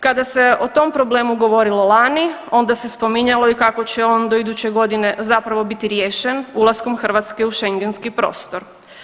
Kada se o tom problemu govorilo lani onda se i spominjalo kako će on do iduće godine zapravo biti riješen ulaskom Hrvatske u Schengenski prostor.